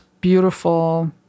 beautiful